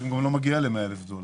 אז הוא גם לא מגיע ל-100,000 דולר.